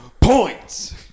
Points